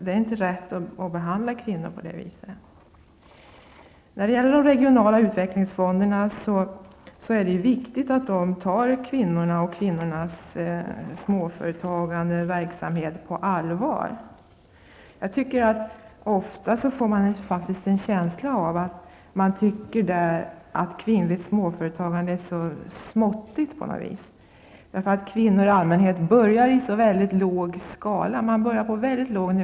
Det är inte rätt att behandla kvinnor på det viset. Det är viktigt att de regionala utvecklingsfonderna tar kvinnorna och deras småföretagsverksamhet på allvar. Ofta får man faktiskt en känsla av att man inom utvecklingsfonderna tycker att kvinnligt småföretagande är så småttigt. Kvinnor i allmänhet börjar på så låg nivå för att arbeta sig uppåt.